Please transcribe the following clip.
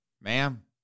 Ma'am